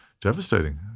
devastating